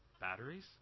Batteries